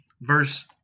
verse